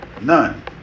None